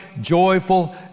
joyful